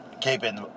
keeping